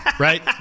Right